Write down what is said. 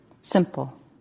simple